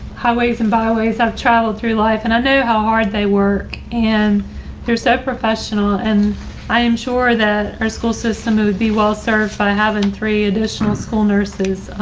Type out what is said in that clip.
highways and byways. i've traveled through life and i know how hard they work. and here's that professional and i am sure that our school system would be well served. by having three additional school nurses,